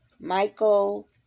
Michael